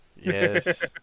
Yes